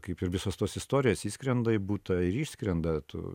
kaip ir visos tos istorijos įskrenda į butą ir išskrenda tu